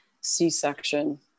C-section